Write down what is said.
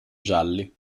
gialli